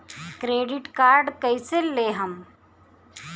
Credit card कईसे लेहम?